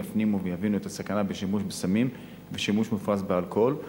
יפנימו ויבינו את הסכנה בשימוש בסמים ובשימוש מופרז באלכוהול,